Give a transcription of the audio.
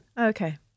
Okay